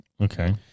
Okay